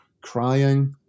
crying